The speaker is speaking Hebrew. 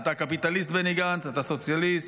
אתה קפיטליסט, בני גנץ, אתה סוציאליסט?